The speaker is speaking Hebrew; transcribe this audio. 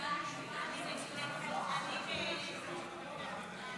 העבודה והרווחה לצורך הכנתה לקריאה השנייה והשלישית.